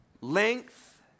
length